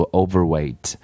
overweight